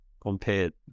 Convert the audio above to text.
compared